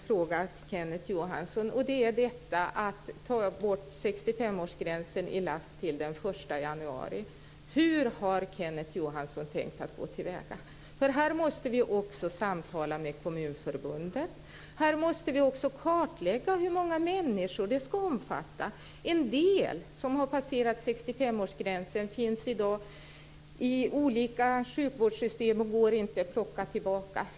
fr.o.m. den 1 januari. Hur har Kenneth Johansson tänkt att gå till väga? Här måste vi också samtala med Kommunförbundet, och vi måste kartlägga hur många människor som det ska omfatta. En del som har passerat 65-årsgränsen finns i dag i olika sjukvårdssystem och går inte att föra tillbaka.